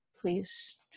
please